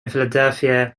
philadelphia